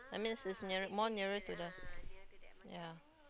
that means it's nearer more nearer to the yeah